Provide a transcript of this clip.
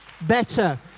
better